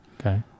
Okay